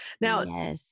Now